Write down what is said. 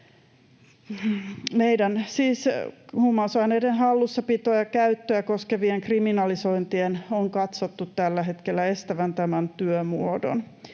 huumausaineiden hallussapitoa ja käyttöä koskevien kriminalisointien on katsottu tällä hetkellä estävän tämän työmuodon.